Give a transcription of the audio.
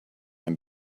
and